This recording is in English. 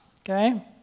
okay